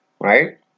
right